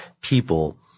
people